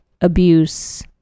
abuse